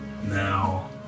Now